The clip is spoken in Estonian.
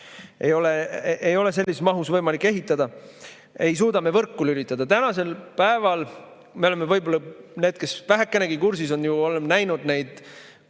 ei ole sellises mahus võimalik ehitada, ei suuda me võrku lülitada. Tänasel päeval me oleme – need, kes vähekenegi kursis on – näinud neid